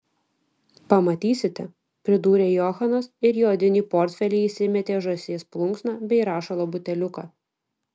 pamatysite pridūrė johanas ir į odinį portfelį įsimetė žąsies plunksną bei rašalo buteliuką